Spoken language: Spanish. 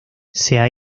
sea